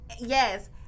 Yes